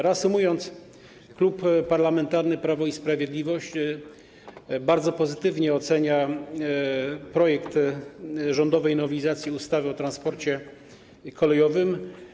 Reasumując, Klub Parlamentarny Prawo i Sprawiedliwość bardzo pozytywnie ocenia rządowy projekt nowelizacji ustawy o transporcie kolejowym.